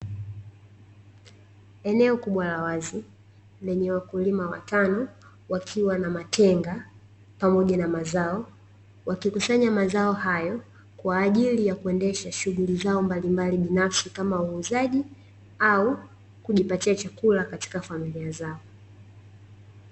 Eneo kubwa la wazi lenye wakulima watano wakiwa na matenga pamoja na mazao, wakikusanya mazao hayo kwaajili ya kuendesha shughuli zao mbalimbali binafsi kama uuzaji, au kujipatia chakula katika familia zao.